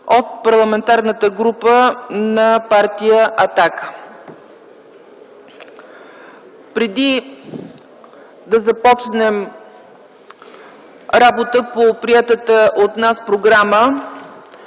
от Парламентарната група на партия „Атака”. Преди да започнем работа по приетата от нас програма,